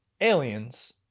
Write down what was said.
Aliens